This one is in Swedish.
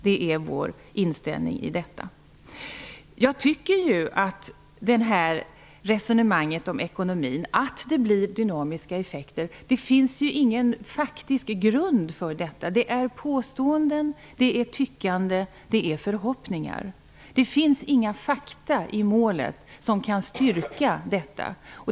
Det är vår inställning i detta sammanhang. Jag tycker inte att det finns någon faktiskt grund för resonemanget om ekonomin -- om att det blir dynamiska effekter. Det rör sig om påståenden, om ett tyckande och om förhoppningar. Det finns inga fakta i målet som kan styrka detta.